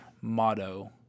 motto